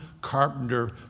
carpenter